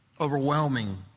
Overwhelming